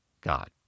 God